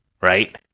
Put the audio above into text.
right